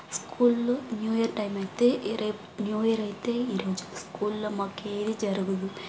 స్కూల్లో new year time అయితే ఏ రేపు న్యూ ఇయర్ అయితే ఈరోజు స్కూల్లో మాకేదీ జరగదు